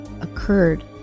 occurred